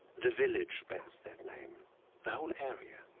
the village bears that name the whole area